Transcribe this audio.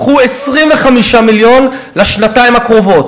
קחו 25 מיליון לשנתיים הקרובות.